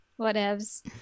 Whatevs